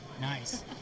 Nice